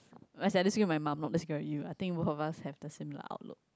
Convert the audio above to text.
as in I disagree with my mum not disagree at you I think both of us have the similiar outlook